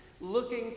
looking